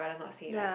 ya